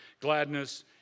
gladness